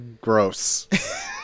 Gross